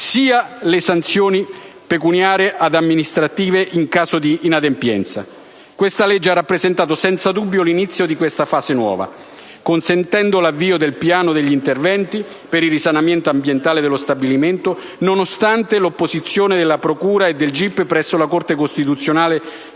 sia le sanzioni pecuniarie ed amministrative in caso di inadempienza. Questa legge ha rappresentato senza dubbio l'inizio di questa fase nuova, consentendo l'avvio del piano degli interventi per il risanamento ambientale dello stabilimento, nonostante l'opposizione della procura e del gip presso la Corte costituzionale